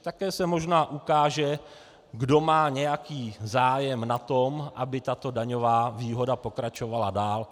Také se možná ukáže, kdo má nějaký zájem na tom, aby tato daňová výhoda pokračovala dál.